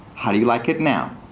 how do you like it now?